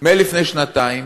מלפני שנתיים